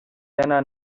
dena